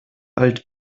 alt